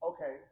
Okay